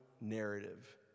narrative